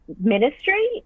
ministry